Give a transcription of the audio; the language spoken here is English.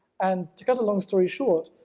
and to cut a long story short,